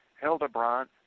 Hildebrand